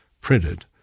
printed